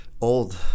Old